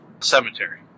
Cemetery